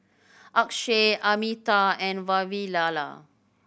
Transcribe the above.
Akshay Amitabh and Vavilala